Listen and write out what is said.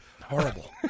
horrible